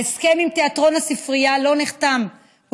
ההסכם עם תיאטרון הספרייה לא נחתם,